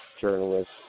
journalist